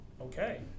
Okay